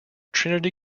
trinity